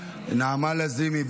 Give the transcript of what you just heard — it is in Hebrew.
נעמה לזימי,